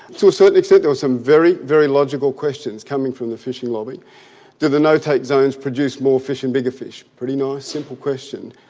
to a certain extent there were some very very logical questions coming from the fishing lobby do the no-take zones produce more fish and bigger fish a pretty nice simple question.